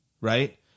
right